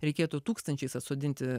reikėtų tūkstančiais atsodinti